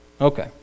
Okay